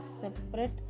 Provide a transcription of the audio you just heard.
separate